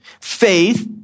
faith